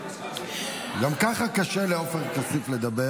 גם כך קשה לעופר כסיף לדבר,